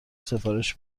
سفارش